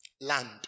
land